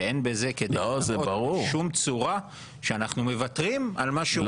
ואין בזה כדי להראות בשום צורה שאנחנו מוותרים על משהו.